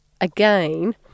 again